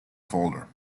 folder